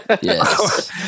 Yes